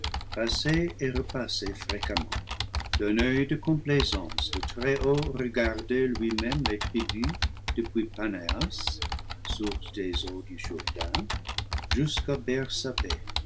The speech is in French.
et repassaient fréquemment d'un oeil de complaisance le très-haut regardait lui-même les tribus depuis panéas source des eaux du jourdain jusqu'à bersabée où